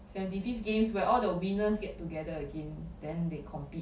seventy fifth games where all the winners get together again then they compete